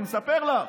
אני מספר לך.